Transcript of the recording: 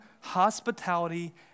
hospitality